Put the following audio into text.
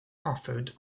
offered